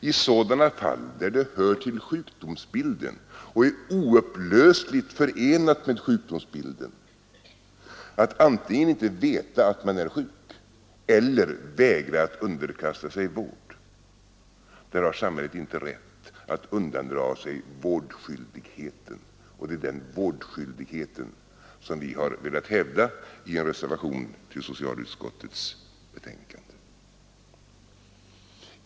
I sådana fall där det hör till sjukdomsbilden och är oupplösligt förenat med sjukdomsbilden att antingen inte veta att man är sjuk eller vägra att underkasta sig vård har samhället inte rätt att undandra sig vårdskyldighet, och det är den vårdskyldigheten som vi velat hävda i reservation till socialutskottets betänkande.